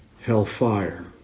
hellfire